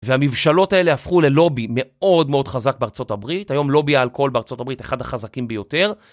והמבשלות האלה הפכו ללובי מאוד מאוד חזק בארצות הברית. היום לובי האלכוהול בארצות הברית אחד החזקים ביותר.